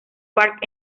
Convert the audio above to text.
park